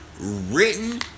written